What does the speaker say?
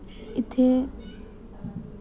इत्थै